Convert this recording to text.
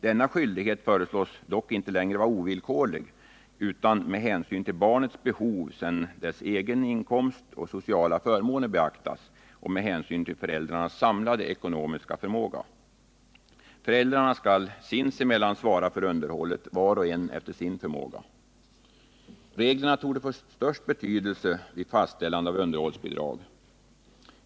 Denna skyldighet föreslås dock inte längre vara ovillkorlig, utan hänsyn skall tas till barnets behov sedan dess egen inkomst och sociala förmåner beaktats och till föräldrarnas samlade ekonomiska förmåga. Föräldrarna skall gemensamt svara för underhållet, var och en efter sin förmåga. Den största betydelsen torde reglerna få vid fastställande av underhållsbidrag.